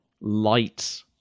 light